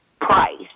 price